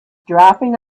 dropping